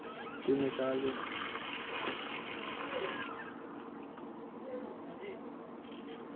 तिन्न चार दिन